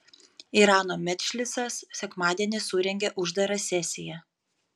irano medžlisas sekmadienį surengė uždarą sesiją